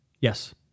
Yes